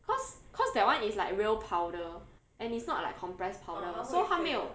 because because that [one] is like real powder and it's not like compress powder so 它没有